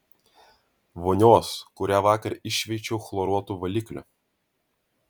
vonios kurią vakar iššveičiau chloruotu valikliu